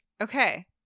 okay